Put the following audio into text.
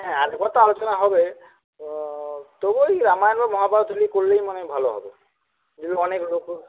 হ্যাঁ একবার তো আলোচনা হবে তো তবু ওই রামায়ণ বা মহাভারত হলেই করলেই মনে হয় ভালো হবে